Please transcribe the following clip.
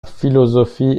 philosophie